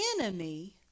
enemy